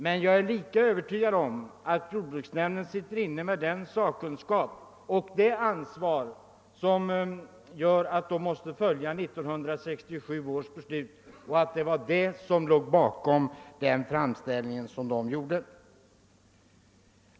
Men jag är helt övertygad om att jordbruksnämnden har en sådan sakkunskap och ett sådant ansvar att den måste följa 1967 års beslut och att det var detta som låg bakom de framställningar som nämnden gjorde.